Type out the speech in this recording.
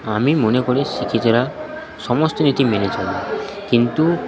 আমি মনে করি শিক্ষিতরা সমস্ত নীতি মেনে চলে কিন্তু